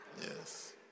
Yes